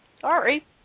Sorry